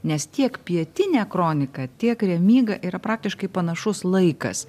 nes tiek pietinė kronika tiek remyga yra praktiškai panašus laikas